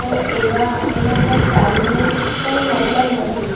તો એવા એના પર ચાલીને કંઈ મતલબ નથી